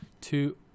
two